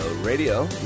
Radio